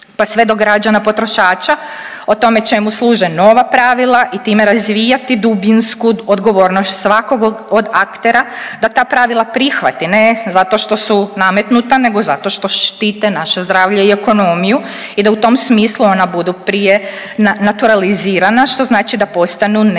pa sve do građana potrošača o tome čemu služe nova pravila i time razvijati dubinsku odgovornost svakog od aktera da ta pravila prihvati ne zato što su nametnuta nego zato što štite naše zdravlje i ekonomiju i da u tom smislu ona budu prije naturalizirana što znači da postanu nešto